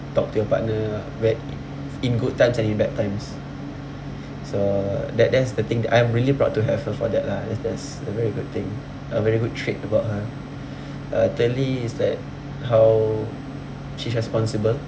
talk to your partner when in good times and in bad times so that that's the thing that I am really proud to have her for that lah that's that's a very good thing a very good trait about her uh thirdly is that how she's responsible